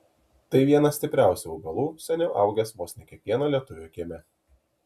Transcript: tai vienas stipriausių augalų seniau augęs vos ne kiekvieno lietuvio kieme